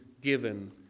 given